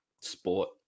sport